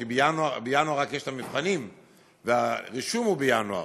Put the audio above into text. כי בינואר רק יש המבחנים והרישום הוא בינואר.